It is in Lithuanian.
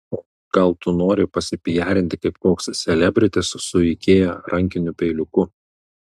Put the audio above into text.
o gal tu nori pasipijarinti kaip koks selebritis su ikea rankiniu peiliuku